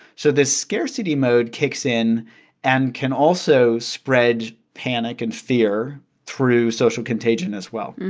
so this scarcity mode kicks in and can also spread panic and fear through social contagion as well